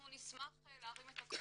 בארץ ועדיין אנחנו צריכים -- וגם בני